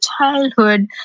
childhood